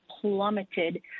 plummeted